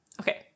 Okay